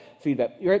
feedback